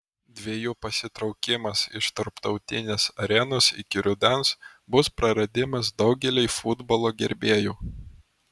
dviejų pasitraukimas iš tarptautinės arenos iki rudens bus praradimas daugeliui futbolo gerbėjų